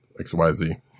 xyz